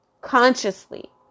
consciously